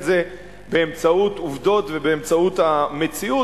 זה באמצעות עובדות ובאמצעות המציאות,